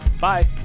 Bye